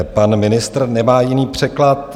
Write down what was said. Pan ministr nemá jiný překlad.